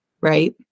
right